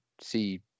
see